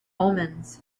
omens